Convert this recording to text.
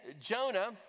Jonah